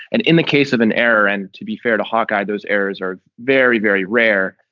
and in the case of an error and to be fair to hawk-eye, those errors are very, very rare.